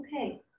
okay